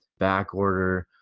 back order,